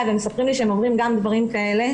ומספרים לי שגם הם עוברים דברים כאלה.